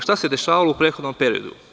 Šta se dešavalo u prethodnom periodu?